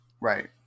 right